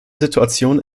situation